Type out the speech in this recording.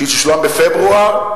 שתשולם בפברואר,